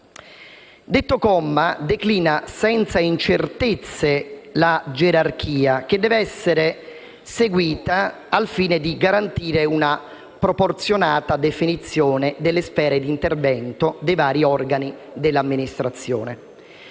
Detto comma declina senza incertezze la gerarchia che deve essere seguita al fine di garantire una proporzionata definizione delle sfere di intervento dei vari organi dell'amministrazione.